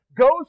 goes